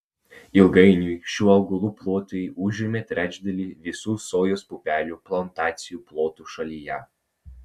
ilgainiui šių augalų plotai užėmė trečdalį visų sojos pupelių plantacijų plotų šalyje